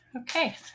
Okay